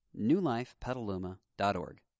newlifepetaluma.org